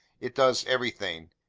it does everything.